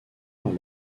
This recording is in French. par